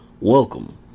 Welcome